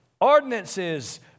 ordinances